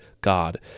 God